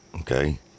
Okay